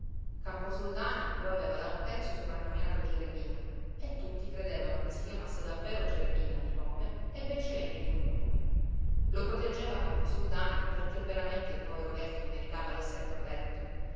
camposoldani lo aveva da un pezzo soprannominato geremia e tutti credevano che si chiamasse davvero geremia di nome e bencivenni di cognome lo proteggeva camposoldani perché veramente il povero vecchio meritava d'essere protetto